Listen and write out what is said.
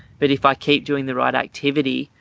but if i keep doing the right activity,